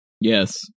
Yes